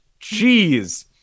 jeez